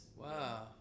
Wow